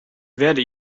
werde